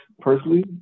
personally